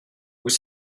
vous